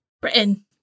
Britain